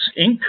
Inc